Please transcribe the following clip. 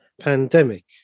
pandemic